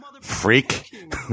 freak